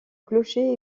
clocher